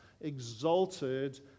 exalted